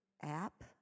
app